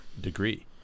degree